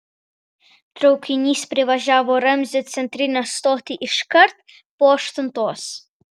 traukinys privažiavo ramzio centrinę stotį iškart po aštuntos